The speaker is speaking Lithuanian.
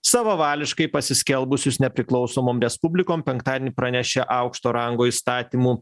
savavališkai pasiskelbusius nepriklausomom respublikom penktadienį pranešė aukšto rango įstatymų